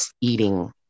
eating